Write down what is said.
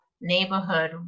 neighborhood